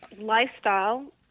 lifestyle